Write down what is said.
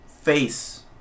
face